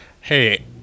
hey